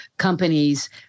companies